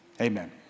Amen